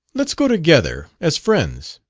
let's go together as friends.